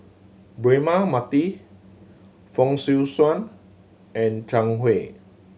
Braema Mathi Fong Swee Suan and Zhang Hui